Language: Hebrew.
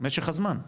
משך הזמן.